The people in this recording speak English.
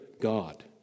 God